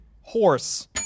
horse